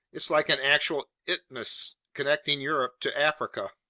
it's like an actual isthmus connecting europe to africa.